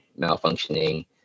malfunctioning